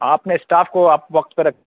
آپ نے اسٹاف کو آپ وقت پر رکھ